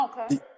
okay